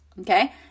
Okay